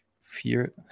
fear